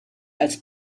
als